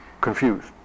Confused